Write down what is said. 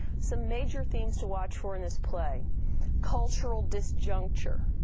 some major themes to watch for in this play cultural disjuncture,